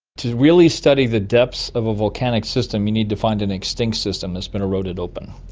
to really study the depths of a volcanic system, you need to find an extinct system that's been eroded open.